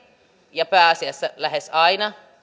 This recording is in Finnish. ja pääasiassa lähes aina